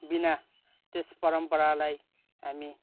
बिना त्यस परम्परालाई हामी